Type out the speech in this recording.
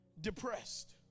depressed